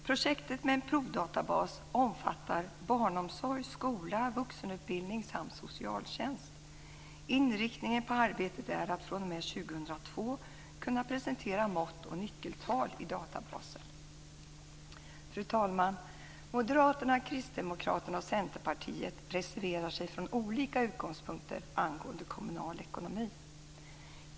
Projektet med en provdatabas omfattar barnomsorg, skola, vuxenutbildning samt socialtjänst. Inriktningen på arbetet är att man fr.o.m. 2002 ska kunna presentera mått och nyckeltal i databasen. Fru talman! Moderaterna, Kristdemokraterna och Centerpartiet reserverar sig, från olika utgångspunkter, angående kommunal ekonomi.